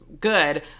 good